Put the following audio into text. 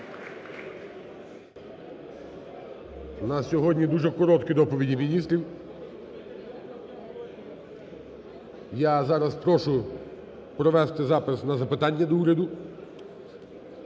нас сьогодні дуже короткі доповіді міністрів. Я зараз прошу провести запис на запитання до уряду.